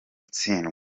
utsindwa